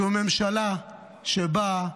זו ממשלה שבאה